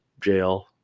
jail